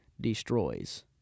destroys